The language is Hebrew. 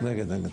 מי נגד?